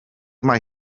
mae